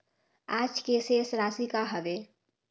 आज के शेष राशि का हवे?